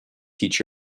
teach